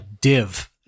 div